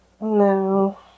No